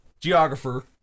geographer